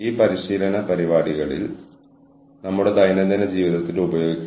ഒരുപക്ഷേ അത് വിശദീകരിക്കാൻ എനിക്ക് പേപ്പറിലെ മോഡൽ ഉപയോഗിക്കാം